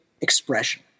expression